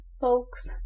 folks